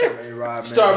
Start